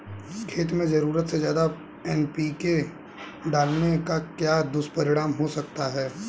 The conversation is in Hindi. खेत में ज़रूरत से ज्यादा एन.पी.के डालने का क्या दुष्परिणाम हो सकता है?